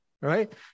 right